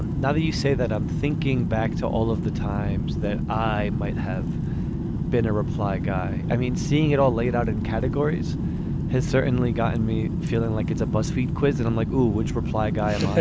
and now that you say that i'm thinking back to all of the times that i might have been a reply guy. i mean seeing it all laid out in categories has certainly gotten me feeling like it's a buzzfeed quiz and i'm like oh which reply guy. and